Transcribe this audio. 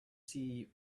see